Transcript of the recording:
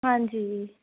ਹਾਂਜੀ